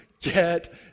get